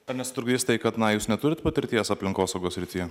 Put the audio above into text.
ar nesutrukdys tai kad na jūs neturit patirties aplinkosaugos srityje